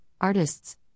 artists